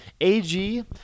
Ag